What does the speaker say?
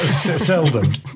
seldom